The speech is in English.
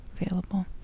available